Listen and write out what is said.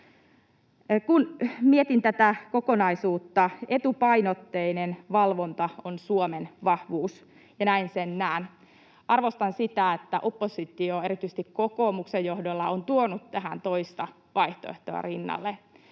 Kun mietin tätä kokonaisuutta, etupainotteinen valvonta on Suomen vahvuus, ja näin sen näen. Arvostan sitä, että oppositio erityisesti kokoomuksen johdolla on tuonut tähän toista vaihtoehtoa rinnalle.